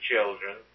children